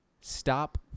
stop